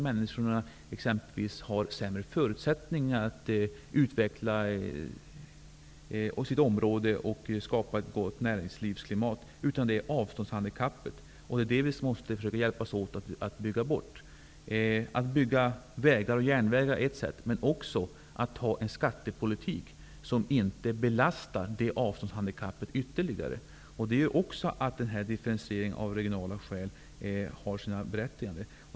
Människorna där har exempelvis inte sämre förutsättningar att utveckla sitt område och skapa ett gott näringslivsklimat, utan det är avståndshandikappet som vi måste hjälpas åt att bygga bort. Att bygga vägar och järnvägar är ett sätt, men också att ha en skattepolitik som inte ytterligare ökar på detta avståndshandikapp. Också detta gör att en differentiering av regionala skäl har sitt berättigande.